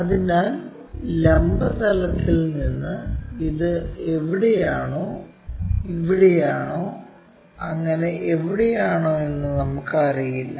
അതിനാൽ ലംബ തലത്തിൽ നിന്ന് അത് ഇവിടെയാണോ ഇവിടെയാണോ അങ്ങനെ എവിടെയാണോ എന്ന് നമുക്കറിയില്ല